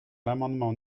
l’amendement